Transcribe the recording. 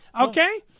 Okay